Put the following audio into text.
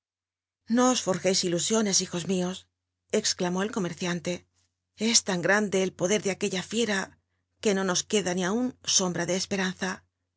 os fclljcis ilusiones hijo mios c clamó cl comelciante c lan grandc el comerciante es tan grande el poder de aquella fiera que no nos fjuc da ni aun ombra de csperanw